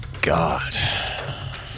God